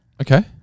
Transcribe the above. Okay